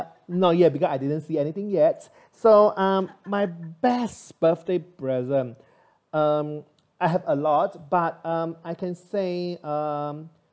not yet because I didn't see anything yet so um my best birthday present um I have a lot but um I can say um